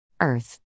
Earth